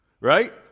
right